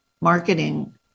marketing